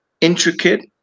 intricate